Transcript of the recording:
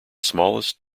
smallest